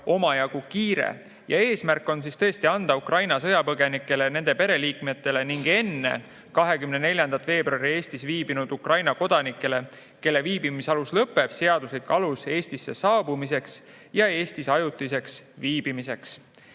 omajagu kiire. Eesmärk on tõesti anda Ukraina sõjapõgenikele ja nende pereliikmetele ning enne 24. veebruari Eestis viibinud Ukraina kodanikele, kelle siin viibimise alus lõpeb, seaduslik alus Eestisse saabumiseks ja Eestis ajutiselt viibimiseks.